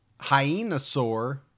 Hyenasaur